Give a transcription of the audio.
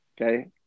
okay